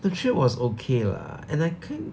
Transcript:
the trip was okay lah and I kin~